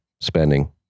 spending